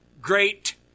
great